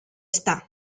está